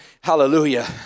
hallelujah